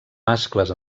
mascles